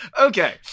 okay